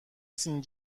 سین